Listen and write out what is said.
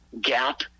gap